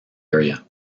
area